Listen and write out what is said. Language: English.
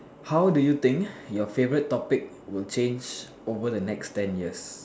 how do you think your favorite topic will change over the next ten years